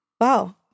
Wow